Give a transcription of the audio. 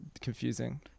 confusing